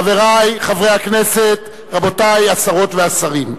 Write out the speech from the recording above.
חברי חברי הכנסת, רבותי השרות והשרים,